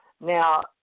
Now